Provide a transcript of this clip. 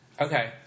Okay